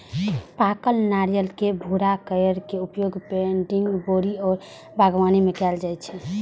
पाकल नारियलक भूरा कॉयर के उपयोग पैडिंग, बोरी आ बागवानी मे कैल जाइ छै